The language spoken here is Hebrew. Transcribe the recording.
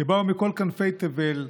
שבאו מכל כנפי תבל,